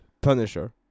Punisher